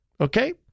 Okay